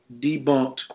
debunked